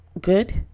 good